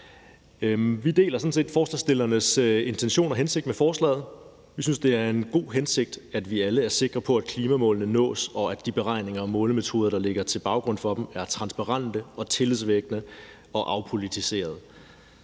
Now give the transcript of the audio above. set forslagsstillernes intention og hensigt med forslaget. Vi synes, det er en god hensigt, at vi alle er sikre på, at klimamålene nås, og at de beregninger og målemetoder, der ligger til grund for dem, er transparente og tillidsvækkende og afpolitiseret.